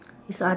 this uh